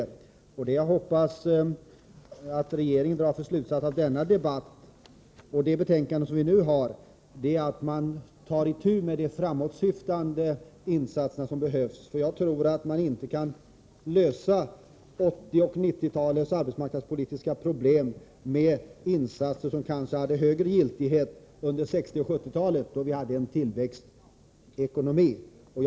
Den slutsats jag hoppas att regeringen drar av denna debatt och av det nu aktuella betänkandet är att man måste ta itu med de framåtsyftande insatser som behövs. Jag tror inte att man kan lösa 1980 och 1990-talens arbetsmarknadspolitiska problem med metoder som hade en högre giltighet under 1960 och 1970-talen, då vi hade en tillväxtekonomi. Herr talman!